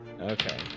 Okay